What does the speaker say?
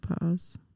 pause